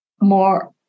more